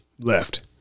left